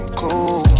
cool